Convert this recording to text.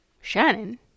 shannon